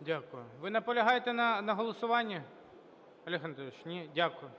Дякую. Ви наполягаєте на голосуванні. Олег Анатолійович? Ні? Дякую.